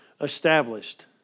established